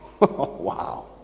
Wow